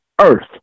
earth